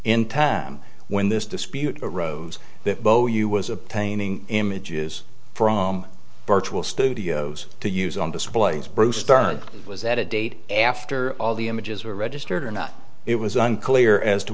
in time when this dispute arose that bo you was obtaining images from virtual studios to use on displays bruce started was that a date after all the images were registered or not it was unclear as to